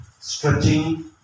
stretching